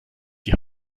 die